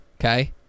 okay